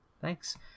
Thanks